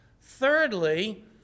Thirdly